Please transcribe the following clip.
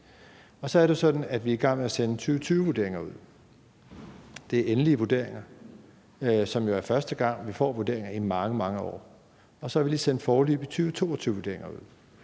vi er i gang med at sende 2020-vurderinger ud. Det er endelige vurderinger, og det er jo første gang, vi får vurderinger, i mange, mange år. Og så har vi sendt de foreløbige 2022-vurderinger ud.